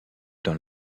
dans